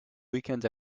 weekend